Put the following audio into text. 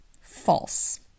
false